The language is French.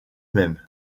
même